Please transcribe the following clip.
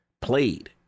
played